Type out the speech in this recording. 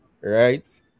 right